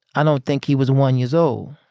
i don't think he was one years old.